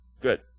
Good